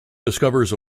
discovers